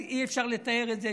אי-אפשר לתאר את זה.